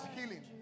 healing